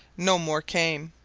no more came.